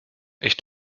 ich